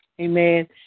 Amen